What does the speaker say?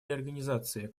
реорганизации